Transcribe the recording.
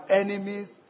enemies